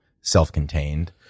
self-contained